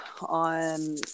on